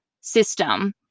system